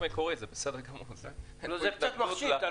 זה קצת מחשיד.